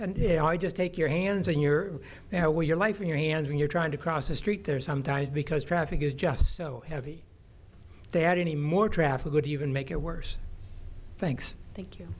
and i just take your hands in your now wear your life in your hands when you're trying to cross a street there's sometimes because traffic is just so heavy that any more traffic would even make it worse thanks thank you